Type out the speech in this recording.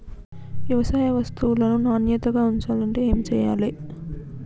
వ్యవసాయ వస్తువులను నాణ్యతగా ఉంచాలంటే ఏమి చెయ్యాలే?